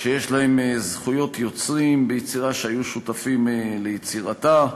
שיש להם זכויות יוצרים ביצירה שהם היו שותפים ליצירתה.